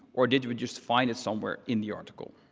or did we just find it somewhere in the article?